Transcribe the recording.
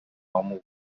آموخته